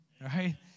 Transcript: right